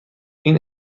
این